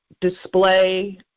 display